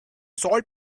salt